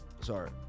Sorry